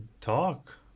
talk